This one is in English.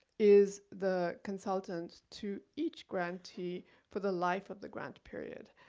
is the consultant to each grantee for the life of the grant period.